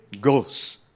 goes